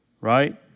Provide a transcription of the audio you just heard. right